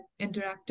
interactive